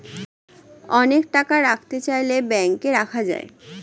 অনেক টাকা রাখতে চাইলে ব্যাংকে রাখা যায়